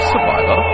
Survivor